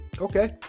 Okay